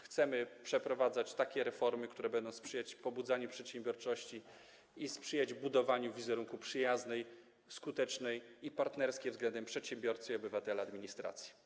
Chcemy przeprowadzać takie reformy, które będą sprzyjać pobudzaniu przedsiębiorczości i sprzyjać budowaniu wizerunku przyjaznej, skutecznej i partnerskiej względem przedsiębiorcy i obywatela administracji.